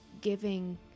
giving